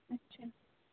ਅੱਛਾ